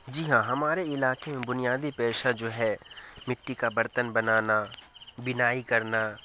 جی ہاں ہمارے علاقے میں بنیادی پیشہ جو ہے مٹی کا برتن بنانا بنائی کرنا